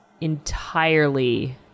entirely